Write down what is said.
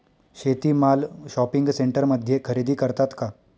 शेती माल शॉपिंग सेंटरमध्ये खरेदी करतात का?